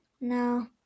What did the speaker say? No